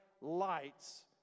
lights